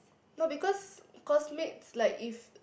no because cause maids like if